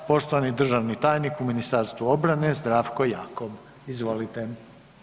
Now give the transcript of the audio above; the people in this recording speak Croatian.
Poštovani državni tajnik u Ministarstvu obrane Zdravko Jakop, izvolite.